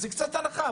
זה קצת הנחה,